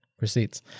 Receipts